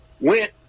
went